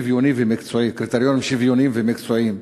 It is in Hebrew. "שוויוני ומקצועי" קריטריונים "שוויוניים ומקצועיים",